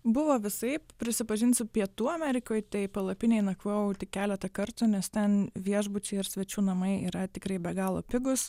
buvo visaip prisipažinsiu pietų amerikoj tai palapinėj nakvojau tik keletą kartų nes ten viešbučiai ir svečių namai yra tikrai be galo pigūs